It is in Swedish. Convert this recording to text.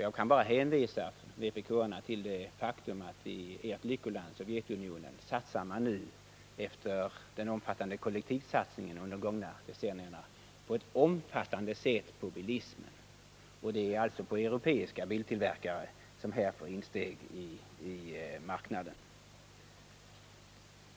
Jag kan bara hänvisa vpk-arna till att man i deras lyckoland Sovjetunionen, efter den omfattande kollektivsatsningen under de gångna decennierna, nu satsar i mycket stor omfattning på bilismen. Det är europeiska biltillverkare som nu får insteg på marknaden.